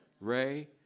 Ray